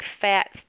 fat